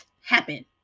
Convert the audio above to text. happen